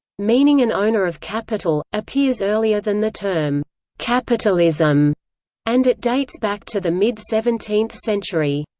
meaning an owner of capital, appears earlier than the term capitalism and it dates back to the mid seventeenth century.